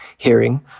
hearing